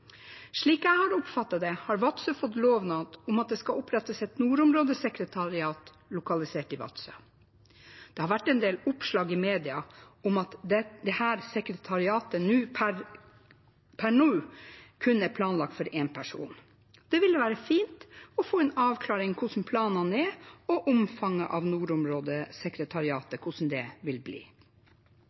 Slik jeg har oppfattet det, har Vadsø fått lovnad om at det skal opprettes et nordområdesekretariat lokalisert i Vadsø. Det har vært en del oppslag i media om at sekretariatet per nå kun er planlagt for én person. Det ville være fint å få en avklaring av hvordan planene er, og av hvordan omfanget av nordområdesekretariatet vil bli.